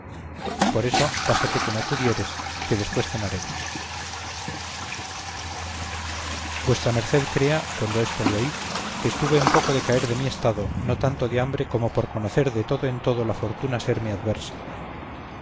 por eso pásate como pudieres que después cenaremos vuestra merced crea cuando esto le oí que estuve en poco de caer de mi estado no tanto de hambre como por conocer de todo en todo la fortuna serme adversa